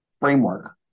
framework